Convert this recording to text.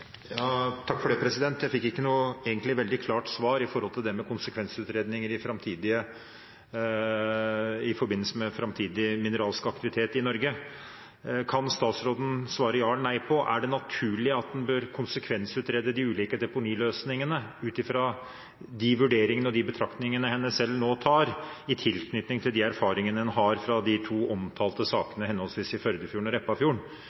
Jeg fikk egentlig ikke noe veldig klart svar på det med konsekvensutredninger i forbindelse med framtidig mineralsk aktivitet i Norge. Kan statsråden svare ja eller nei på: Er det naturlig at en bør konsekvensutrede de ulike deponiløsningene ut fra de vurderingene og de betraktningene hun selv nå tar i tilknytning til de erfaringene en har fra de to omtalte sakene, henholdsvis i Førdefjorden og Repparfjorden?